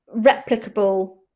replicable